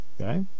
okay